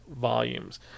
volumes